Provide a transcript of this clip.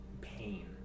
pain